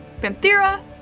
Panthera